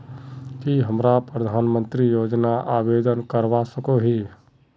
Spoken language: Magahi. की हमरा प्रधानमंत्री योजना आवेदन करवा सकोही?